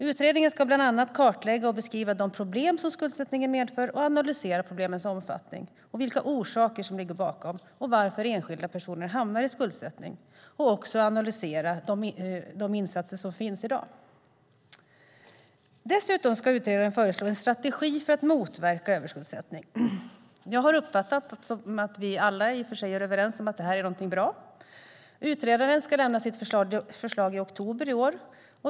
Utredningen ska bland annat kartlägga och beskriva de problem som skuldsättningen medför, analysera problemens omfattning, vilka orsaker som ligger bakom och varför enskilda personer hamnar i skuldsättning samt också analysera de insatser som görs i dag. Dessutom ska utredaren föreslå en strategi för att motverka överskuldsättning. Jag har uppfattat det som att vi alla i och för sig är överens om att det här är någonting bra. Utredaren ska lämna sitt förslag i oktober i år.